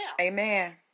Amen